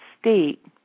state